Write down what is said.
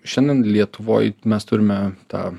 šiandien lietuvoj mes turime tą